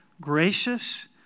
gracious